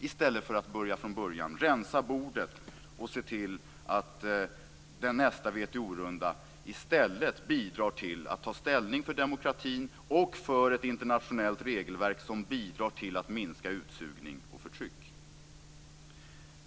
I stället bör man börja från början, rensa bordet och se till att nästa WTO-runda bidrar till att ta ställning för demokratin och för ett internationellt regelverk som bidrar till att minska utsugning och förtryck.